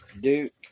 Duke